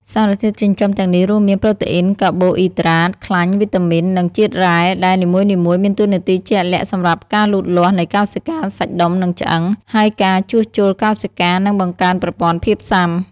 សារធាតុចិញ្ចឹមទាំងនេះរួមមាន ប្រូតេអ៊ីន កាបូអ៊ីដ្រាត ខ្លាញ់ វីតាមីន និងជាតិរ៉ែ ដែលនីមួយៗមានតួនាទីជាក់លាក់ សម្រាប់ការលូតលាស់នៃកោសិកា សាច់ដុំ និងឆ្អឹង ហើយការជួសជុលកោសិកា និងបង្កើនប្រព័ន្ធភាពស៊ាំ។